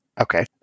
Okay